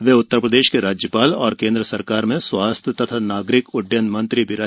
वे उत्तर प्रदेश के राज्यपाल और केंद्र सरकार में स्वास्थ्य तथा नागरिक उइडयन मंत्री भी रहे